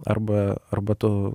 arba arba tu